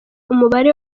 umubare